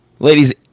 Ladies